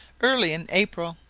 early in april,